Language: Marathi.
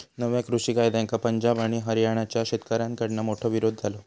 नव्या कृषि कायद्यांका पंजाब आणि हरयाणाच्या शेतकऱ्याकडना मोठो विरोध झालो